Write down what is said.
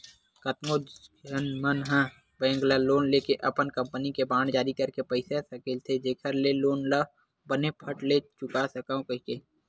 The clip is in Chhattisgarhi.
कतको झन मन ह बेंक ले लोन लेके अपन कंपनी के बांड जारी करके पइसा सकेलथे जेखर ले लोन ल बने फट ले चुका सकव कहिके